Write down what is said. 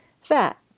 fat